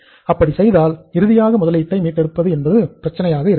அப்படி செய்தால் இறுதியாக முதலீட்டை மீட்டெடுப்பது என்பது பிரச்சனையாக இருக்காது